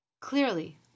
Clearly